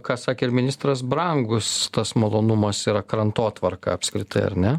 ką sakė ir ministras brangus tas malonumas yra krantotvarka apskritai ar ne